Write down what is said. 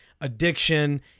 addiction